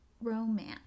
romance